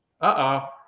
Uh-oh